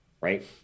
right